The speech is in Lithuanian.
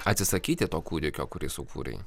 atsisakyti to kūdikio kurį sukūrei